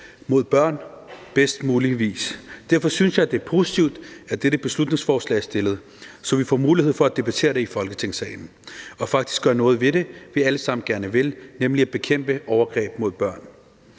mod børn på bedst mulig vis. Derfor synes jeg, det er positivt, at dette beslutningsforslag er stillet, så vi får mulighed for at debattere det i Folketingssalen og faktisk få gjort noget ved det, vi alle sammen gerne vil, nemlig at bekæmpe overgreb mod børn.